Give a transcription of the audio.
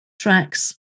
tracks